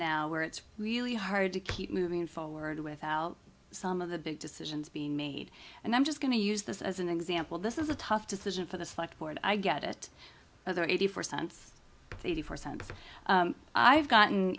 now where it's really hard to keep moving forward without some of the big decisions being made and i'm just going to use this as an example this is a tough decision for the select board i get it over eighty percent eighty percent of i've gotten